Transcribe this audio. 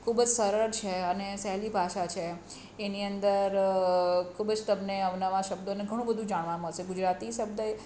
ખૂબ જ સરળ છે અને સહેલી ભાષા છે એની અંદર ખૂબ જ તમને અવનવા શબ્દને ઘણુંબધું જાણવા મળશે ગુજરાતી શબ્દ એ